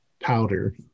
powder